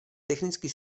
technicky